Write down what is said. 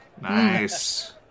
Nice